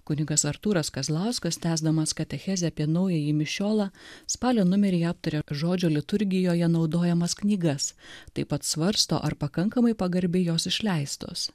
kunigas artūras kazlauskas tęsdamas katechezę apie naująjį mišiolą spalio numeryje aptaria žodžio liturgijoje naudojamas knygas taip pat svarsto ar pakankamai pagarbiai jos išleistos